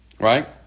right